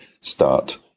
start